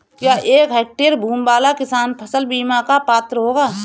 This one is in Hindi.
क्या एक हेक्टेयर भूमि वाला किसान फसल बीमा का पात्र होगा?